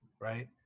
right